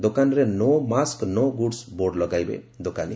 ଦୋକାନରେ no mask no goods board ଲଗାଇବେ ଦୋକାନୀ